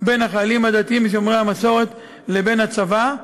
בין החיילים הדתיים שומרי המסורת לבין הצבא,